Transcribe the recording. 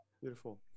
Beautiful